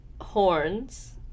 horns